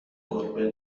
گربه